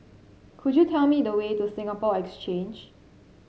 could you tell me the way to Singapore Exchange